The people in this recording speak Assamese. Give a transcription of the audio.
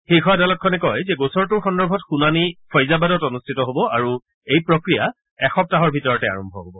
শীৰ্ষ আদালতখনে কয় যে গোচৰটোৰ সন্দৰ্ভত শুনানি ফৈজাবাদত অনুষ্ঠিত হ'ব আৰু এই প্ৰক্ৰিয়া এসপ্তাহৰ ভিতৰতে আৰম্ভ হ'ব